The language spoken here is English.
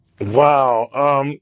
Wow